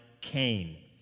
Cain